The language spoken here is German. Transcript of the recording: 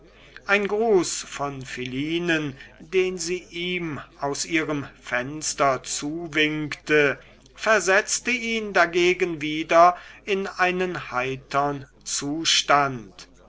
ein gruß von philinen den sie ihm aus ihrem fenster zuwinkte versetzte ihn dagegen wieder in einen heitern zustand